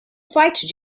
fighter